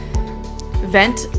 vent